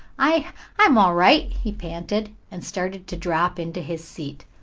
i i'm all right, he panted, and started to drop into his seat,